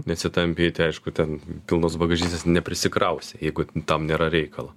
nesitampyti aišku ten pilnos bagažinės neprisikrausi jeigu tam nėra reikalo